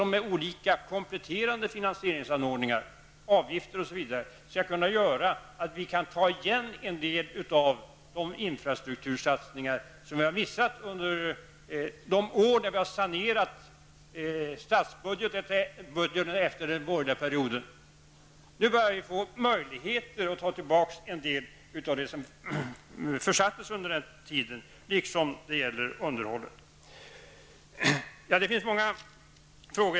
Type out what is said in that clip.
Med olika kompletterande finansieringsformer -- avgifter o.d. -- skall det bli möjligt att ta igen de infrastruktursatsningar som vi har missat under de år då vi har sanerat statsbudgeten efter den borgerliga perioden. Nu öppnas möjligheter att ta igen en del av det som försattes under den borgerliga tiden. Detsamma gäller för underhållet. Det handlar om många frågor.